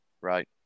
Right